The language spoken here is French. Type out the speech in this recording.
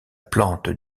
plante